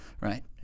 Right